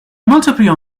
multiplayer